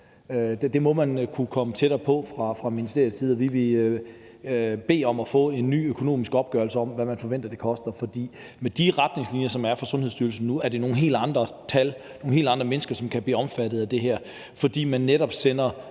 Det må man kunne komme tættere på fra ministeriets side. Vi vil bede om at få en ny økonomisk opgørelse over, hvad man forventer det koster, for med de retningslinjer, der er fra Sundhedsstyrelsen nu, er det nogle helt andre tal og nogle helt andre mennesker, som kan blive omfattet af det her, fordi man netop sender